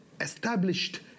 established